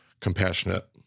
compassionate